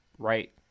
Right